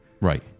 Right